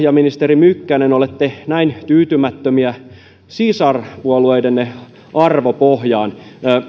ja ministeri mykkänen olette näin tyytymättömiä sisarpuolueidenne arvopohjaan